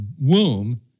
womb